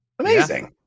Amazing